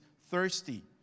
thirsty